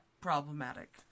problematic